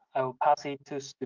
i will pass it to